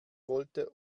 wollte